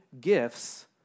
gifts